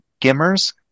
gimmers